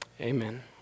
Amen